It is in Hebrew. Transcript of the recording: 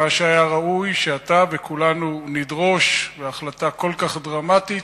מה שהיה ראוי שאתה וכולנו נדרוש בהחלטה כל כך דרמטית.